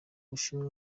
bushinwa